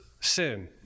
sin